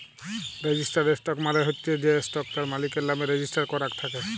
registered stock মালে চ্ছ যে স্টক তার মালিকের লামে রেজিস্টার করাক থাক্যে